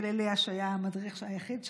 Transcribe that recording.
יחיאל אליאש היה המדריך היחיד שלהם,